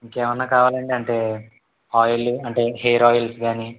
ఇంకేవన్నా కావాలండీ అంటే ఆయిలు అంటే హెయిర్ ఆయిల్స్ కానీ